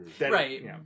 Right